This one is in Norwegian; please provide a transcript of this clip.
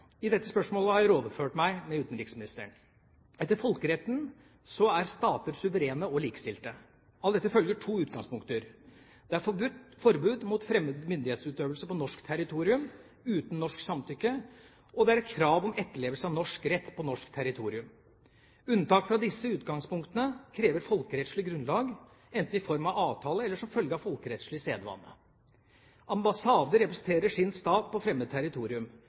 I dette spørsmålet har jeg rådført meg med utenriksministeren. Etter folkeretten er stater suverene og likestilte. Av dette følger to utgangspunkter: Det er forbud mot fremmed myndighetsutøvelse på norsk territorium uten norsk samtykke, og det er krav om etterlevelse av norsk rett på norsk territorium. Unntak fra disse utgangspunktene krever folkerettslig grunnlag, enten i form av avtale eller som følge av folkerettslig sedvane. Ambassader representerer sin stat på fremmed territorium.